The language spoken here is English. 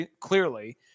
clearly